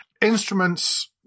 instruments